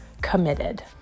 committed